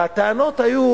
הטענות היו